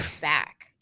back